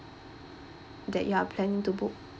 that you are planning to book